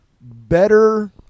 better